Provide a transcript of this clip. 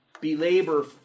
belabor